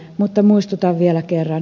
mutta muistutan vielä kerran